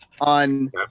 on